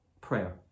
prayer